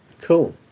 Cool